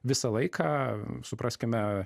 visą laiką supraskime